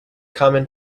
common